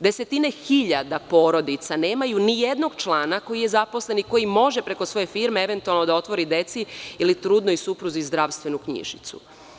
Desetine hiljada porodica nemaju ni jednog člana koji je zaposlen i koji može preko svoje firme, eventualno da otvori deci, ili trudnoj supruzi, zdravstvenu knjižicu.